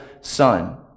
Son